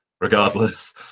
regardless